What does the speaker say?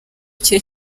cye